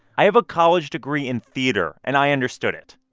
i have a college degree in theater, and i understood it.